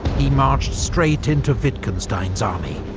he marched straight into wittgenstein's army.